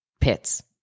pits